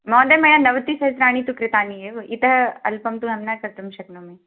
महोदय मया नवतिसहस्राणि तु कृतानि एव इतः अल्पं तु अहं न कर्तुं शक्नोमि